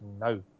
no